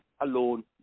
alone